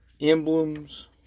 emblems